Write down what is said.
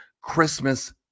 Christmas